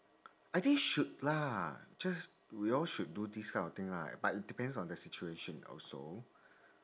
I think should lah just we all should do this kind of thing lah but it depends on the situation also